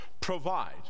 provide